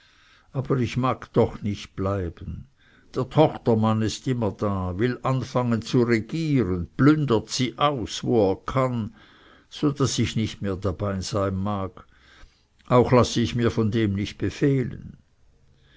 aber ich mag doch nicht bleiben der tochtermann ist immer da will anfangen zu regieren plündert sie aus wo er kann so daß ich nicht mehr dabei sein mag auch lasse ich mir von dem nicht befehlen